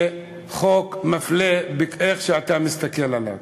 חוק מפלה איך שאתה מסתכל עליו.